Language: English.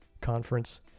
conference